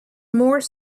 more